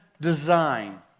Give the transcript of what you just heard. Design